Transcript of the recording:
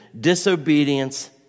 disobedience